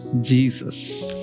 Jesus